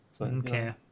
Okay